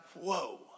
whoa